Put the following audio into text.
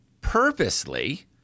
purposely